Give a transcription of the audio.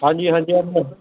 ਹਾਂਜੀ ਹਾਂਜੀ